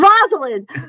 Rosalind